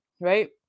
right